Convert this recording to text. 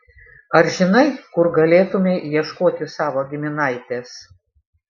ar žinai kur galėtumei ieškoti savo giminaitės